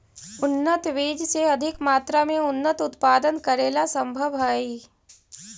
उन्नत बीज से अधिक मात्रा में अन्नन उत्पादन करेला सम्भव हइ